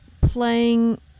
playing